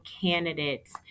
candidates